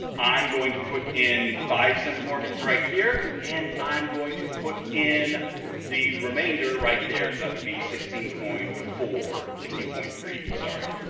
i'm going to put in five centimorgans right here. and i'm going to put in the remainder right there. so that would be sixteen point four sixteen point three sorry.